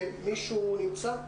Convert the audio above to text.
ניצן,